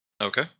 Okay